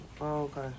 okay